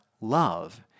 love